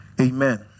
amen